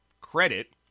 Credit